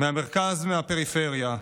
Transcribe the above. מהמרכז ומהפריפריה,